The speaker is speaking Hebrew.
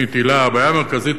הבעיה המרכזית, אדוני,